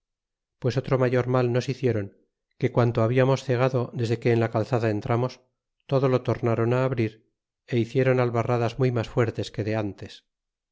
pues otro mayor mal nos biciéron que quanto habiames cegado desde que en la calzada entramos todo lo tornron áf abrir y hiciéron albarradas muy mas fuertes que de antes